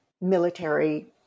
military